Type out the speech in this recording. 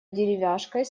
деревяшкой